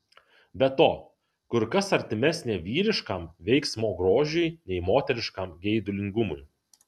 be to kur kas artimesnė vyriškam veiksmo grožiui nei moteriškam geidulingumui